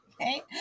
Okay